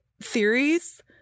theories